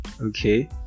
okay